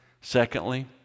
Secondly